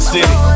City